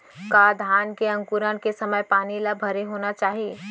का धान के अंकुरण के समय पानी ल भरे होना चाही?